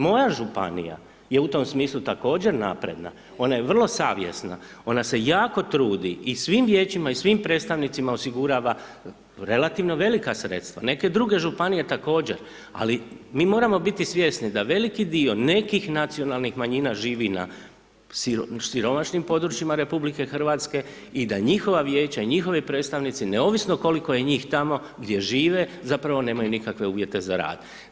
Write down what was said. Moja županija je u tom smislu također napredna, ona je vrlo savjesna, ona se jako trudi i svim Vijećima, i svim predstavnicima osigurava relativno velika sredstva, neke druge županije također, ali mi moramo biti svjesni da veliki dio nekih nacionalnih manjina živi na siromašnim područjima Republike Hrvatske i da njihova Vijeća, i njihovi predstavnici, neovisno koliko je njih tamo gdje žive, zapravo nemaju nikakve uvijete za rad.